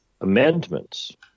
amendments